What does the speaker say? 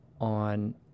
on